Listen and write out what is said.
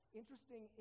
interesting